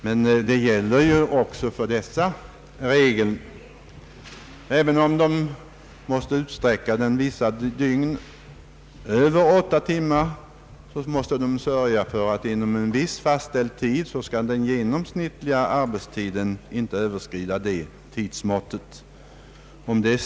Också för dessa gäller regeln att om de vissa dygn måste utsträcka arbetstiden utöver åtta timmar måste de sörja för att inom en viss fastställd tid den genomsnittliga arbetstiden inte skall överskrida tidsmåttet 40 timmar i veckan.